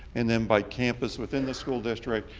and then by campus within the school district.